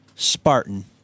Spartan